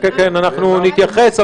אנחנו נתייחס,